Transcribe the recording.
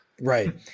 Right